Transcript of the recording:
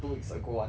two weeks ago [one]